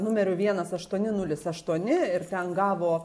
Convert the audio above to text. numeriu vienas aštuoni nulis aštuoni ir ten gavo